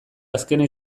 azkena